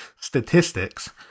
statistics